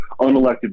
unelected